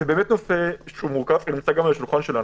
זה באמת נושא מורכב ונמצא על שולחננו.